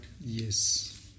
Yes